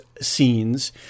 scenes